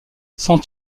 sans